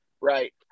Right